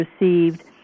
received